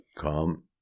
come